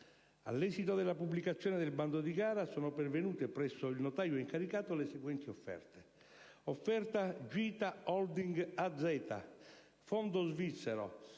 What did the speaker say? All'esito della pubblicazione del bando di gara, sono pervenute presso il notaio incaricato le seguenti offerte: offerta GITA Holding AZ, fondo svizzero,